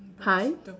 hi